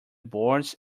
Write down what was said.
boards